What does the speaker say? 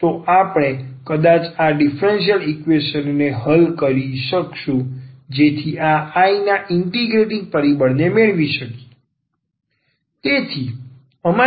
તો આપણે કદાચ આ સામાન્ય ડિફરન્સલ ઇક્વેશન ને હલ કરી શકું જેથી આ I ના ઇન્ટિગરેટિંગ પરિબળને મેળવી શકીએ